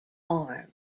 arm